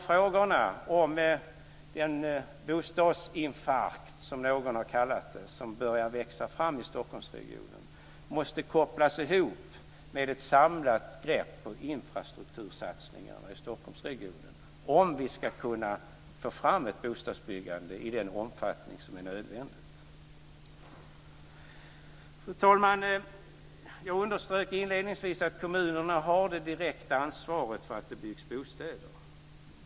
Frågorna om en bostadsinfarkt, som någon har kallat det, som börjar växa fram i Stockholmsregionen tror jag måste kopplas ihop med ett samlat grepp på infrastruktursatsningarna om vi ska kunna få fram ett bostadsbyggande i nödvändig omfattning. Fru talman! Jag underströk inledningsvis att kommunerna har det direkta ansvaret för att det byggs bostäder.